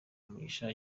mugisha